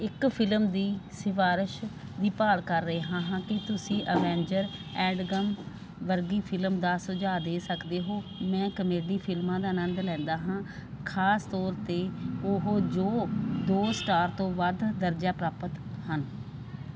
ਇੱਕ ਫਿਲਮ ਦੀ ਸਿਫਾਰਸ਼ ਦੀ ਭਾਲ ਕਰ ਰਿਹਾ ਹਾਂ ਕੀ ਤੁਸੀਂ ਅਵੈਂਜਰ ਐਂਡਗੈਮ ਵਰਗੀ ਫਿਲਮ ਦਾ ਸੁਝਾਅ ਦੇ ਸਕਦੇ ਹੋ ਮੈਂ ਕਾਮੇਡੀ ਫਿਲਮਾਂ ਦਾ ਅਨੰਦ ਲੈਂਦਾ ਹਾਂ ਖਾਸ ਤੌਰ 'ਤੇ ਉਹ ਜੋ ਦੋ ਸਟਾਰ ਤੋਂ ਵੱਧ ਦਰਜਾ ਪ੍ਰਾਪਤ ਹਨ